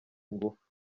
ingufu